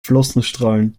flossenstrahlen